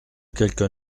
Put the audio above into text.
quelques